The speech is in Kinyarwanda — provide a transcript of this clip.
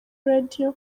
radio